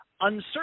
uncertain